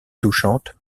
touchante